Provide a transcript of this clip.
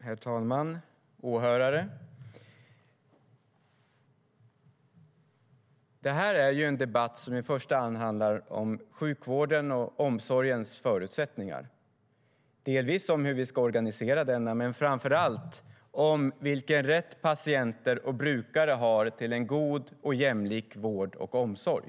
Herr talman! Åhörare! Detta är en debatt som i första hand handlar om sjukvårdens och omsorgens förutsättningar. Den handlar delvis om hur vi ska organisera den men framför allt om vilken rätt patienter och brukare har till en god och jämlik vård och omsorg.